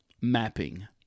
mapping